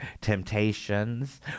Temptations